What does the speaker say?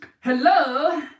Hello